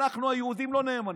אנחנו היהודים לא נאמנים.